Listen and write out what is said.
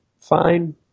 fine